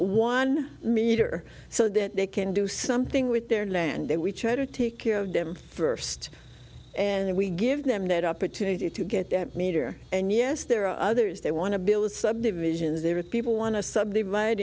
one meter so that they can do something with their land that we try to take care of them first and we give them that opportunity to get a meter and yes there are others they want to build subdivisions they would people want to subdivide